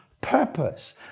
purpose